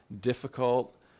difficult